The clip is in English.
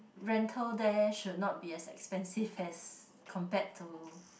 rental there should not be as expensive as compared to